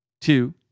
Two